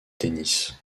tennis